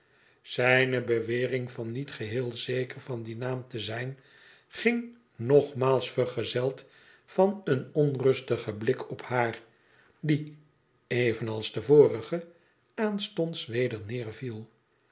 zijne bewering van niet geheel zeker van dien naam te zijn ging nogmaals vergezeld van een onrustigen blik op haar die evenals de vorige aanstonds weder